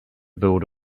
build